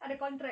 ada contract